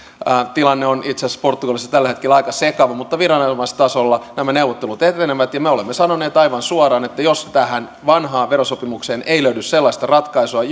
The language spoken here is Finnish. tilanne on itse asiassa portugalissa tällä hetkellä aika sekava mutta viranomaistasolla nämä neuvottelut etenevät me olemme sanoneet aivan suoraan että jos tähän vanhaan verosopimukseen ei löydy sellaista ratkaisua